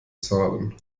zahlen